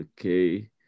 Okay